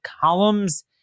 columns